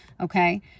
okay